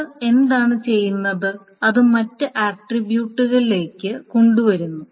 അത് എന്താണ് ചെയ്യുന്നത് അത് മറ്റ് ആട്രിബ്യൂട്ടിലേക്ക് കൊണ്ടുവരുന്നു